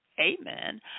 Amen